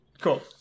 Cool